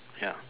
ya